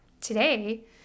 today